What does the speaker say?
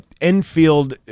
Enfield